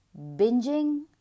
binging